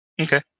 Okay